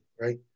right